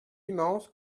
immense